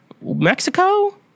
Mexico